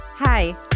Hi